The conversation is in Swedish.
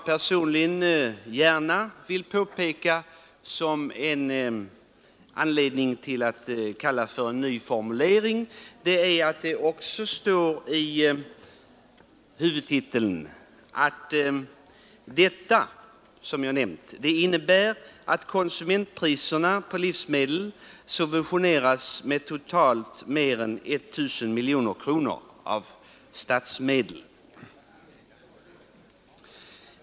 Personligen finner jag också anledning kalla det för en ny formulering att det står i huvudtiteln att konsumentpriserna på livsmedel subventioneras med totalt mer än 1 000 miljoner kronor av statsmedel.